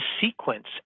sequence